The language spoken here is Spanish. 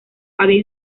había